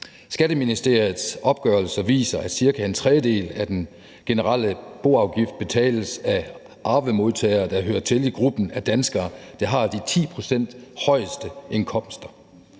Skatteministeriets opgørelser viser, at cirka en tredjedel af den generelle boafgift betales af arvemodtagere, der hører til i gruppen af danskere, der har de 10 pct. højeste indkomster.